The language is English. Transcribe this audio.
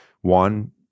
one